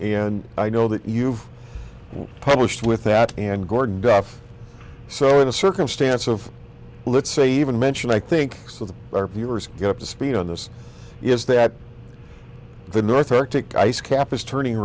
and i know that you've published with that and gordon duff so in a circumstance of let's say even mentioned i think our viewers get up to speed on this is that the north arctic ice cap is turning